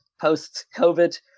post-COVID